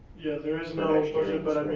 yeah there is no budget, but.